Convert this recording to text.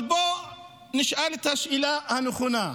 אבל בואו נשאל את השאלה הנכונה: